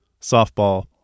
softball